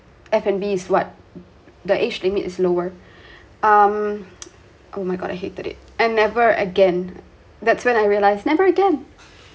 F and B is what the age limit is lower um oh my god I hated it and never again that's when I realised never again